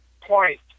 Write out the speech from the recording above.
point